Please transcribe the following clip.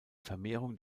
vermehrung